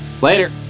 Later